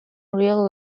real